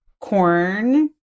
corn